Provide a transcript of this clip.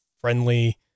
friendly